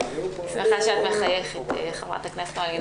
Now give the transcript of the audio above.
אני שמחה שאת מחייכת, חברת הכנסת מלינובסקי.